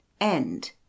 End